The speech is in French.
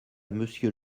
monsieur